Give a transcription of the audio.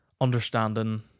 understanding